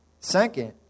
Second